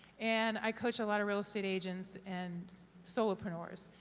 and i coach a lot of real estate agents and solopreneurs.